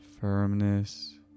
firmness